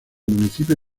municipio